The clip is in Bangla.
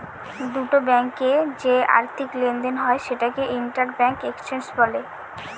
দুটো ব্যাঙ্কে যে আর্থিক লেনদেন হয় সেটাকে ইন্টার ব্যাঙ্ক এক্সচেঞ্জ বলে